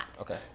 Okay